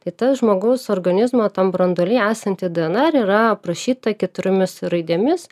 tai ta žmogaus organizmo tam branduolyje esanti dnr yra aprašyta keturiomis raidėmis